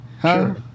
Sure